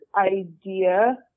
idea